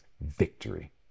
victory